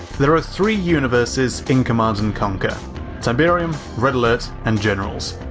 there are three universes in command and conquer tiberium, red alert, and generals.